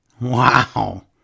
Wow